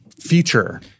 feature